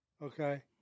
Okay